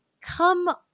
come